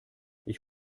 ich